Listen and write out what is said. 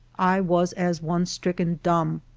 i was as one stricken dumb.